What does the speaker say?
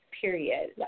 period